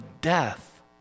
death